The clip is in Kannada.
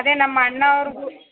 ಅದೇ ನಮ್ಮ ಅಣ್ಣಾವ್ರಿಗು